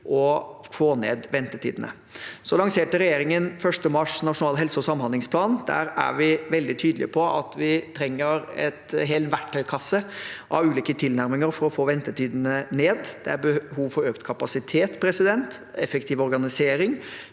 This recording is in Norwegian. å få ned ventetidene. Regjeringen lanserte den 1. mars Nasjonal helse- og samhandlingsplan. Der er vi veldig tydelige på at vi trenger en hel verktøykasse av ulike tilnærminger for å få ventetidene ned. Det er behov for økt kapasitet, effektiv organisering